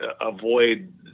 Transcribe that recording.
avoid